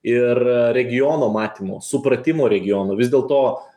ir regiono matymo supratimo regionų vis dėl to